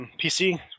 PC